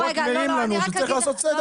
הוא רק מאיר לנו -- תקשיבו רגע, לא, לא, סליחה.